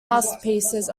masterpieces